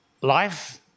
Life